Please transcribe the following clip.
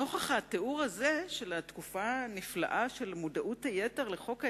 נוכח התיאור הזה של התופעה הנפלאה של מודעות היתר לחוק ההסדרים,